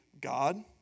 God